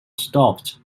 stopped